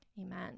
Amen